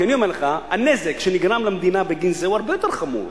כי אני אומר לך שהנזק שנגרם למדינה בגין זה הוא הרבה יותר חמור.